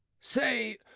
Say